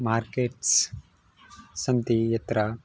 markets सन्ति यत्र